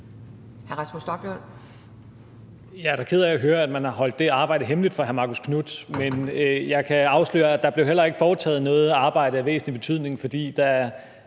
Jeg er da ked af at høre, at man har holdt det arbejde hemmeligt for hr. Marcus Knuth, men jeg kan afsløre, at der heller ikke blev foretaget noget arbejde af væsentlig betydning, for da en